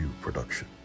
production